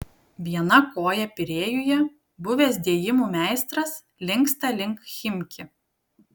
viena koja pirėjuje buvęs dėjimų meistras linksta link chimki